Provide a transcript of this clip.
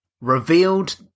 revealed